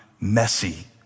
messy